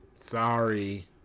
Sorry